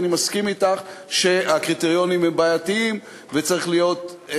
כי אני מסכים אתך שהקריטריונים הם בעייתיים וצריך להיות,